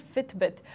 Fitbit